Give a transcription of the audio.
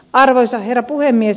arvoisa herra puhemies